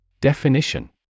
Definition